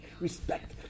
respect